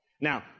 Now